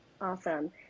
Awesome